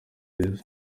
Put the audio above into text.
beza